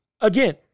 Again